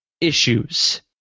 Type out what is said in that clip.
issues